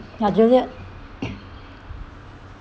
ya juliet